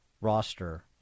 roster